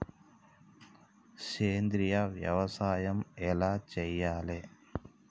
సేంద్రీయ వ్యవసాయం ఎలా చెయ్యాలే?